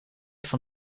van